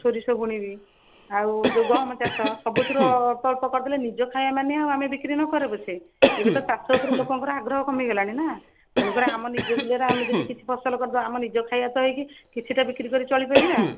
ସୋରିଷ ବୁଣିବି ଆଉ ଯେଉଁ ଗହମ ଚାଷ ସବୁଥିରୁ ଅଳ୍ପ ଅଳ୍ପ କରିଦେଲେ ନିଜ ଖାଇବା ମାନିଆ ହଉ ଆମେ ବିକ୍ରି ନ କରୁ ପଛେ ଏବେ ତ ଚାଷବାସକୁ ଲୋକଙ୍କ ଆଗ୍ରହ କମିଗଲାଣି ନା ତେଣୁକରି ଆମ ନିଜ ବିଲରେ ଆମେ ଯଦି କିଛି ଫସଲ କରିଦେବା ଆମ ନିଜ ଖାଇବା ତ ହେଇକି କିଛିଟା ବିକ୍ରି କରି ଚଳି ପାରିବା